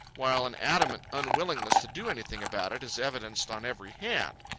while an adamant unwillingness to do anything about it is evidenced on every hand.